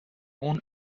اون